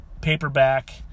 paperback